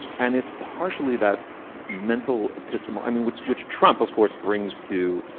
and it's partially that mental pista. i mean, which which trump, of course, brings to